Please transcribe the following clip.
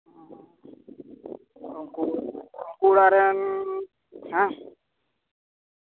ᱩᱱᱠᱩ ᱩᱱᱠᱩ ᱚᱲᱟᱜ ᱨᱮᱱ ᱦᱮᱸ